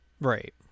Right